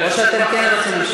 או שאתם כן רוצים,